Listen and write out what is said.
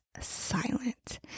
silent